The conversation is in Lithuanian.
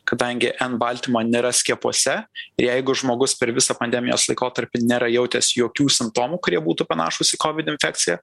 kadangi en baltymo nėra skiepuose jeigu žmogus per visą pandemijos laikotarpį nėra jautęs jokių simptomų kurie būtų panašūs į covid infekciją